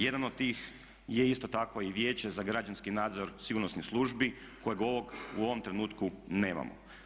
Jedan od tih je isto tako i Vijeće za građanski nadzor sigurnosnih službi kojeg u ovom trenutku nemamo.